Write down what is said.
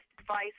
advice